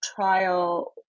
trial